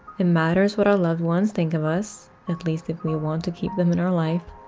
it matters what our loved ones think of us, at least if we want to keep them in our life,